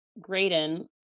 Graydon